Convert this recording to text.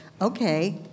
Okay